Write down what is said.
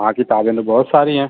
وہاں کتابیں تو بہت ساری ہیں